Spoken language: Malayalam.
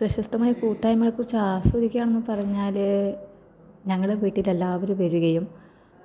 പ്രശസ്തമായ കൂട്ടായ്മകളെക്കുറിച്ച് ആസ്വദിക്കുക എന്ന് പറഞ്ഞാൽ ഞങ്ങളുടെ വീട്ടിൽ എല്ലാവരും വരികയും